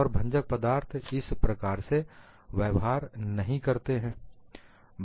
और भंजक पदार्थ इस प्रकार से व्यवहार नहीं करते हैं